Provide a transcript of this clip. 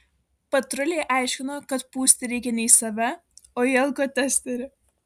patruliai aiškino kad pūsti reikia ne į save o į alkotesterį